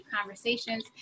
conversations